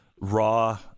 raw